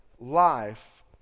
life